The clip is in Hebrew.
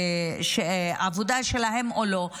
העבודה שלהם או לא.